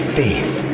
faith